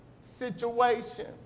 situation